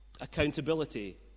Accountability